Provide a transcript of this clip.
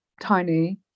tiny